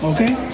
Okay